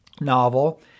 novel